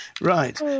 Right